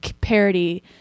parody